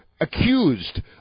accused